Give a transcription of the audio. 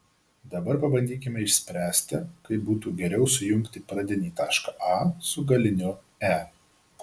dabar pabandykime išspręsti kaip būtų geriau sujungti pradinį tašką a su galiniu e